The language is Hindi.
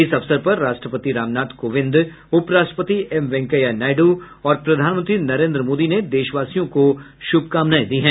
इस अवसर पर राष्ट्रपति रामनाथ कोविंद उपराष्ट्रपति एम वेंकैया नायडू और प्रधानमंत्री नरेन्द्र मोदी ने देशवासियों को शुभकामनाएं दी हैं